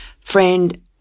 friend –